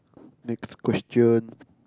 next question